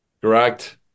correct